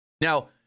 now